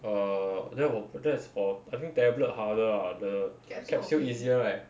err that wa~ that's for I think tablet harder lah the capsule easier right